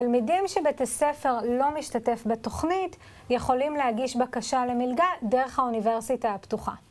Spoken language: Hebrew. תלמידים שבית הספר לא משתתף בתוכנית יכולים להגיש בקשה למלגה דרך האוניברסיטה הפתוחה.